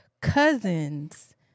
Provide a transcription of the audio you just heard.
cousins